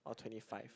or twenty five